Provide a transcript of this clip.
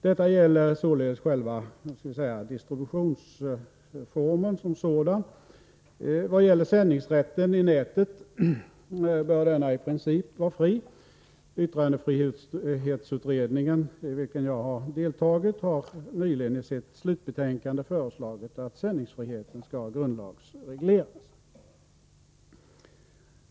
Detta gäller således distributionsformen som sådan. Sändningsrätten i nätet bör i princip vara fri. Yttrandefrihetsutredningen, i vilken jag har deltagit, har nyligen i sitt slutbetänkande föreslagit att sändningsfriheten skall grundlagsregleras.